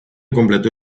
completó